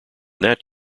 that